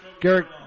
Garrett